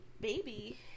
baby